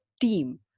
team